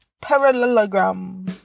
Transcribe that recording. parallelogram